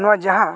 ᱱᱚᱣᱟ ᱡᱟᱦᱟᱸ